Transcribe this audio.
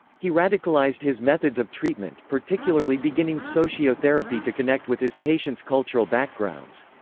he radicalized his methods of treatment, particularly beginning socio-therapy to connect with his patients' cultural backgrounds.